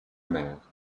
mère